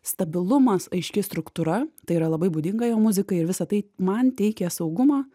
stabilumas aiški struktūra tai yra labai būdinga jo muzika ir visa tai man teikia saugumą